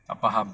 tak faham